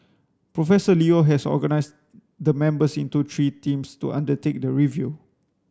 Professor Leo has organised the members into three teams to undertake the review